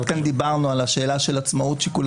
עד כאן דיברנו על השאלה של עצמאות שיקול